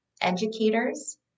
educators